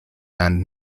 and